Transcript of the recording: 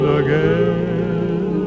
again